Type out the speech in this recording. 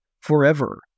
forever